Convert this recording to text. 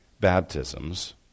baptisms